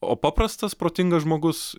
o paprastas protingas žmogus